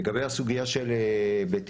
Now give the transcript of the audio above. לגבי סוגיית הבטיחות,